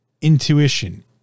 intuition